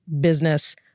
Business